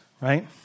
right